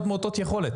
אוכלוסיות מעוטות יכולת.